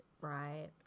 right